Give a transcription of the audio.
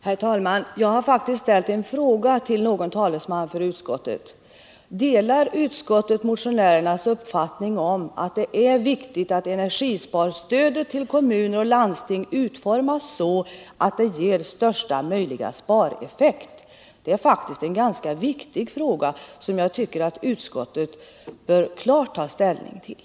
Herr talman! Jag har faktiskt ställt en fråga till någon talesman för utskottet: Delar utskottet motionärernas uppfattning att det är viktigt att energisparstödet till kommuner och landsting utformas så att det ger största möjliga spareffekt? Det är en ganska viktig fråga, som jag tycker att utskottet klart bör ta ställning till.